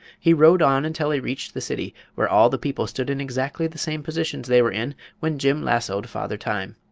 he rode on until he reached the city, where all the people stood in exactly the same positions they were in when jim lassoed father time.